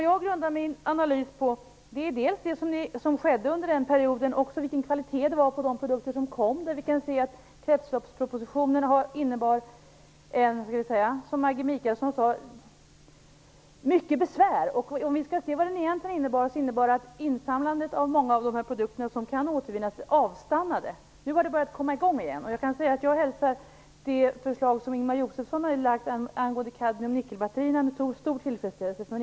Jag grundar min analys på dels det som skedde under denna period, dels kvaliteten på produkterna som kom fram. Kretsloppspropositionen innebar mycket besvär, som Maggi Mikaelsson sade. Den innebar egentligen att insamlandet av många av de produkter som kan återvinnas avstannade. Nu har det börjat komma i gång igen. Jag hälsar med stor tillfredsställelse det förslag angående kadmium-nickel-batterierna som Ingemar Josefsson lagt fram.